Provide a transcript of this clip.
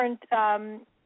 different